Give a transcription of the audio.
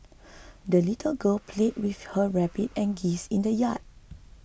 the little girl played with her rabbit and geese in the yard